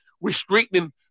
restricting